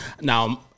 Now